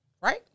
Right